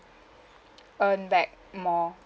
earn back more